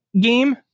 game